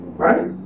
Right